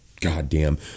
goddamn